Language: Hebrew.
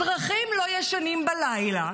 אזרחים לא ישנים בלילה,